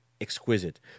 exquisite